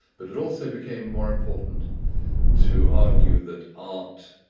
but it also became more important to argue that art